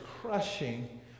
crushing